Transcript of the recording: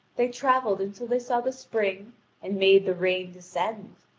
they travelled until they saw the spring and made the rain descend.